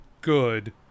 good